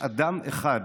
יש אדם אחד